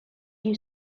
few